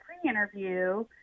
pre-interview